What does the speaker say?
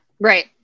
Right